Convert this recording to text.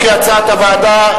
כהצעת הוועדה,